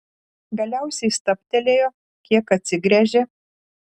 galiausiai stabtelėjo kiek atsigręžė